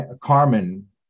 Carmen